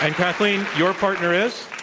and kathleen your partner is?